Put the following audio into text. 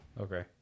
Okay